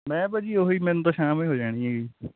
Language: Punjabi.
ਮੈਂ ਭਾਅ ਜੀ ਉਹ ਹੀ ਮੈਨੂੰ ਤਾਂ ਸ਼ਾਮ ਏ ਹੋ ਜਾਣੀ ਹੈਗੀ